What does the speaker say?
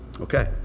Okay